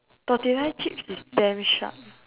tortilla chips is damn sharp